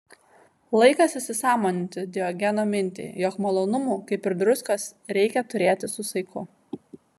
laikas įsisąmoninti diogeno mintį jog malonumų kaip ir druskos reikia turėti su saiku